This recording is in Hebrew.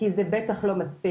כי זה בטח לא מספיק.